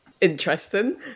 interesting